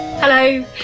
Hello